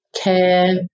care